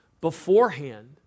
beforehand